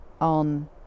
on